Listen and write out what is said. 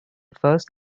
first